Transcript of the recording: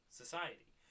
society